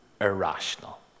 irrational